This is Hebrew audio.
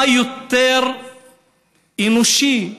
מה יותר אנושי,